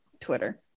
Twitter